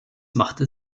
machte